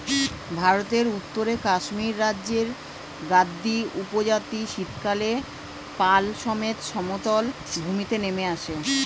ভারতের উত্তরে কাশ্মীর রাজ্যের গাদ্দী উপজাতি শীতকালে পাল সমেত সমতল ভূমিতে নেমে আসে